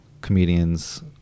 comedians